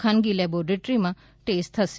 ખાનગી લેબોરેટરીમાં ટેસ્ટ થશે